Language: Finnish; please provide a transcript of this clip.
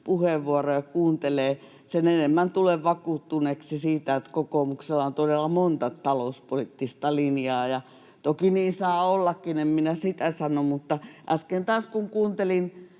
puheenvuoroja kuuntelee, sen enemmän tulen vakuuttuneeksi siitä, että kokoomuksella on todella monta talouspoliittista linjaa. Toki niin saa ollakin, en minä sitä sano, mutta äsken taas kun kuuntelin